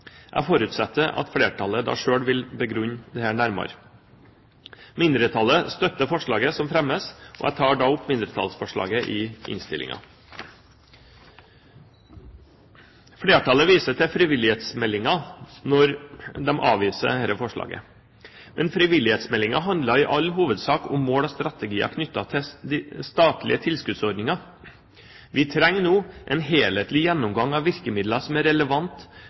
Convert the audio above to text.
som fremmes, og jeg tar da opp mindretallsforslaget i innstillingen. Flertallet viser til frivillighetsmeldingen når de avviser dette forslaget. Men frivillighetsmeldingen handlet i all hovedsak om mål og strategier knyttet til statlige tilskuddsordninger. Vi trenger nå en helhetlig gjennomgang av virkemidler som er